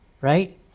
right